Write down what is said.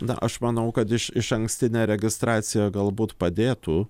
na aš manau kad iš išankstinė registracija galbūt padėtų